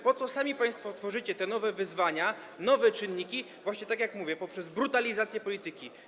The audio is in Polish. Po co sami państwo tworzycie te nowe wyzwania, nowe czynniki, właśnie tak, jak mówię, poprzez brutalizację polityki?